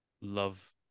love